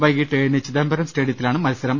വൈകീട്ട് ഏഴിന് ചിദംബരം സ്റ്റേഡിയത്തിലാണ് മത്സരം